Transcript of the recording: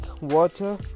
water